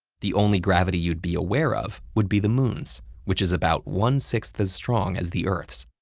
the only gravity you'd be aware of would be the moon's, which is about one sixth as strong as the earth's.